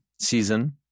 season